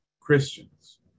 christians